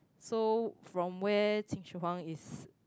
so from where Qin-Shi Huang is